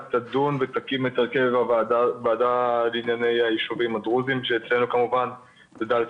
ואותה הכרה של שליש, עדיין הרבה אנשים לא קיבלו